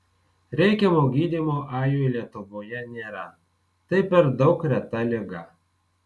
reikiamo gydymo ajui lietuvoje nėra tai per daug reta liga